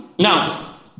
now